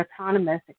autonomous